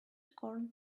corn